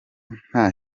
nta